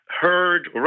heard